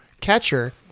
catcher